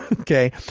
Okay